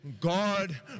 God